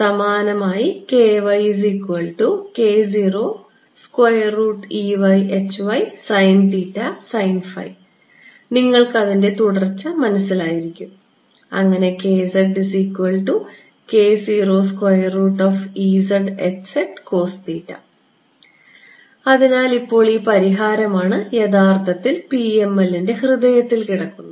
സമാനമായി നിങ്ങൾക്ക് അതിൻറെ തുടർച്ച മനസ്സിലായിരിക്കും അങ്ങനെ അതിനാൽ ഇപ്പോൾ ഈ പരിഹാരമാണ് യഥാർത്ഥത്തിൽ PML ന്റെ ഹൃദയത്തിൽ കിടക്കുന്നത്